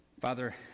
Father